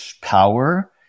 power